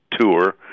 tour